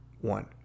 one